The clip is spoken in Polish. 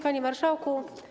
Panie Marszałku!